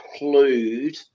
include